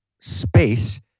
space